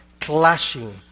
clashing